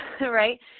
right